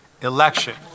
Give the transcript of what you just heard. election